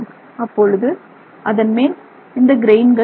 அப்பொழுது அதன்மேல் இந்த கிரெயின்கள் இருக்கும்